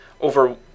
over